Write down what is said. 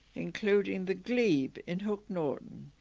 including the glebe in hook norton